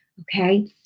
Okay